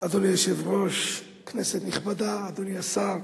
אדוני היושב-ראש, כנסת נכבדה, אדוני השר,